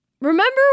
remember